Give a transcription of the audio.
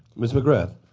ms. mcgrath.